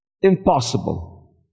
impossible